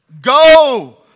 Go